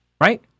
Right